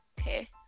Okay